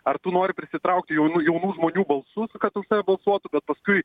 ar tu nori prisitraukti jaunų jaunų žmonių balsų kad už tave balsuotų bet paskui